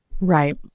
right